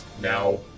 now